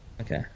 Okay